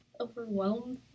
Overwhelmed